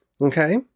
Okay